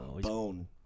bone